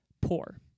poor